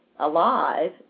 alive